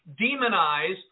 demonize